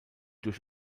durch